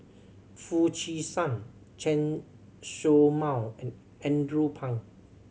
Foo Chee San Chen Show Mao and Andrew Phang